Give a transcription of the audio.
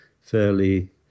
fairly